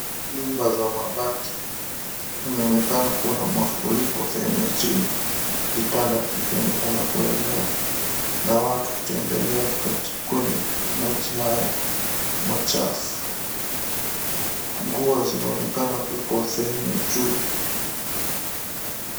Nyumba za mabati inaonekana kuwa na mafuriko sehemu ya chini vitanda vikiwa vimeekwa kuenea na watu kutembelea kwenye maji haya machafu. Nguo zinaonekana kuwekwa sehemu ya juu.